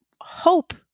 hope